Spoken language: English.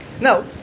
Now